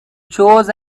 chose